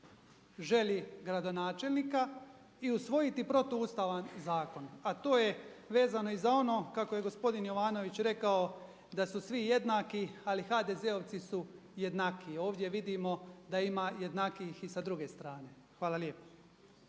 želji gradonačelnika i usvojiti protuustavan zakon, a to je vezano i za ono kako je gospodin Jovanović rekao da su svi jednaki ali HDZ-ovci su jednakiji. Ovdje vidimo da ima jednakijih i sa druge strane. Hvala lijepa.